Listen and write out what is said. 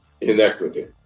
inequity